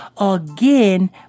again